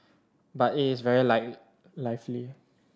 but it is very lively